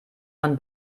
man